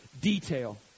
detail